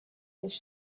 fish